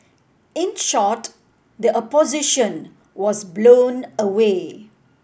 in short the Opposition was blown away